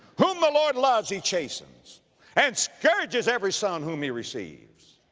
whom the lord loves, he chastens and scourges every son whom he receives.